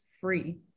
free